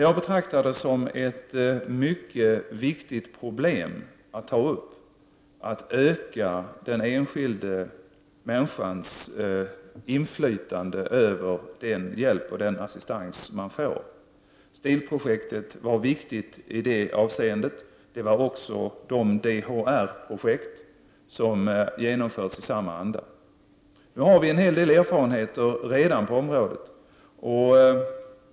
Jag betraktar det som mycket viktigt att ta upp detta problem, att öka den enskilda människans inflytande över den hjälp och den assistans han eller hon får. STIL-projektet var viktigt i det avseendet. Det var också de DHR-projekt som genomförts i samma anda. Nu har vi redan en hel del erfarenhet på området.